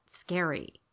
scary